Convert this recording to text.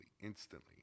instantly